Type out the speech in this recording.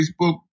Facebook